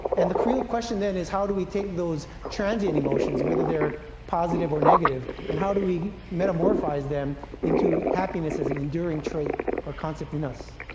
and the critical questions then is how do we take those transient emotions, whether they're positive or negative, and how do we metamorphise them into happiness as an enduring trait or concepts in us.